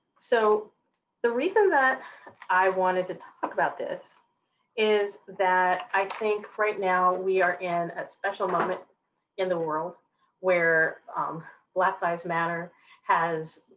so the reason that i wanted to talk about this is that i think right now we are in a special moment in the world where black lives matter has